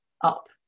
up